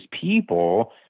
people